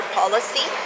policy